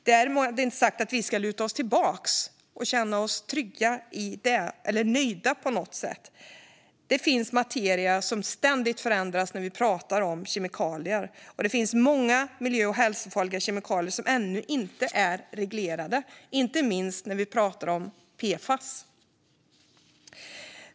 Därmed inte sagt att vi ska luta oss tillbaka och vara nöjda, för det finns materia som ständigt förändras när det gäller kemikalier. Många miljö och hälsofarliga kemikalier är ännu inte reglerade. Det gäller inte minst PFAS.